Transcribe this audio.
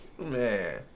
Man